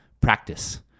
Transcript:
practice